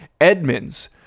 Edmonds